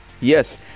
Yes